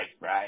right